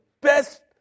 best